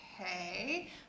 Okay